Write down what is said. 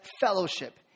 fellowship